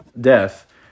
death